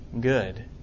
good